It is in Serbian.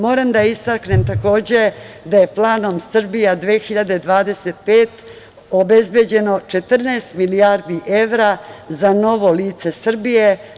Moram da istaknem da je planom Srbija 2025 obezbeđeno 14 milijardi evra za novo lice Srbije.